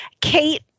Kate